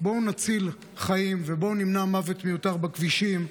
בואו נציל חיים ובואו נמנע מוות מיותר בכבישים.